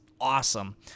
awesome